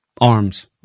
arms